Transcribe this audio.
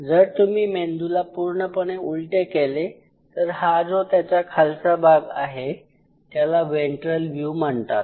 जर तुम्ही मेंदूला पूर्णपणे उलटे केले तर हा जो त्याचा खालचा भाग आहे त्याला वेन्ट्रल व्यू म्हणतात